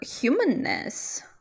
humanness